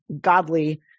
godly